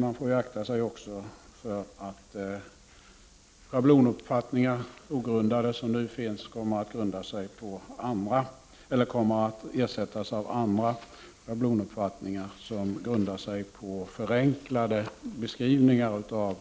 Man får också akta sig för att ogrundade schablonuppfattningar som finns kommer att ersättas av andra schablonuppfattningar som grundar sig på förenklade beskrivningar av